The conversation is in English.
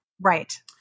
Right